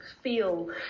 feel